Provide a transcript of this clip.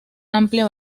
amplia